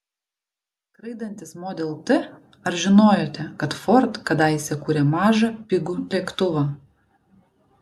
skraidantis model t ar žinojote kad ford kadaise kūrė mažą pigų lėktuvą